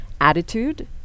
attitude